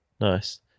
Nice